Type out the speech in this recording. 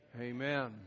amen